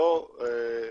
ולכן,